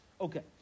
Okay